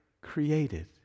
created